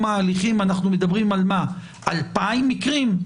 ההליכים אנחנו מדברים על 2,000 מקרים?